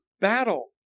battle